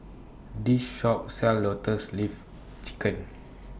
This Shop sells Lotus Leaf Chicken